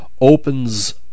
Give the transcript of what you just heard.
opens